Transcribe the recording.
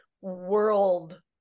world